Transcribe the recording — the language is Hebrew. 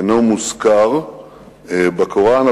אינו מוזכר בקוראן,